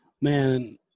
Man